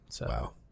Wow